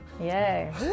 Yay